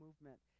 movement